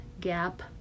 gap